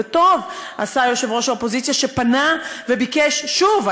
וטוב עשה יושב-ראש האופוזיציה שפנה וביקש שוב,